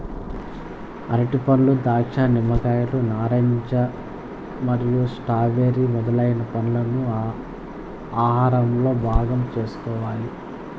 అరటిపండ్లు, ద్రాక్ష, నిమ్మకాయలు, నారింజ మరియు స్ట్రాబెర్రీ మొదలైన పండ్లను ఆహారంలో భాగం చేసుకోవాలి